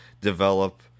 develop